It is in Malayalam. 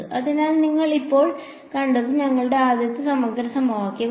അതിനാൽ നിങ്ങൾ ഇപ്പോൾ കണ്ടത് നിങ്ങളുടെ ആദ്യത്തെ സമഗ്ര സമവാക്യമാണ്